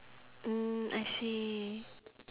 mm I see